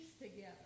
together